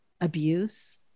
abuse